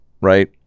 right